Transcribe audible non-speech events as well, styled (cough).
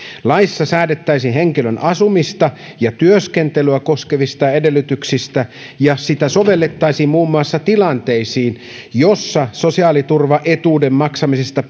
laissa säädettäisiin henkilön asumista ja työskentelyä koskevista edellytyksistä ja sitä sovellettaisiin muun muassa tilanteisiin joissa sosiaaliturvaetuuden maksamisesta (unintelligible)